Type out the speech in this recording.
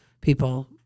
people